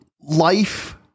life